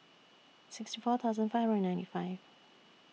sixty four thousand five hundred and ninety five